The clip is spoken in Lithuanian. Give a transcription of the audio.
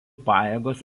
pajėgos